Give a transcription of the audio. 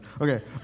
Okay